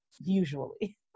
usually